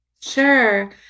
sure